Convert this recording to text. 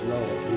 Lord